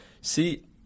See